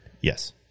Yes